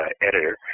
editor